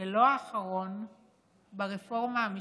ולא האחרון ברפורמה המשפטית.